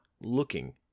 looking